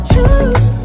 Choose